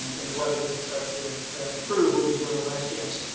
and the weather doesn't start to improve. we'll be dealing with ice champs.